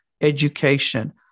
education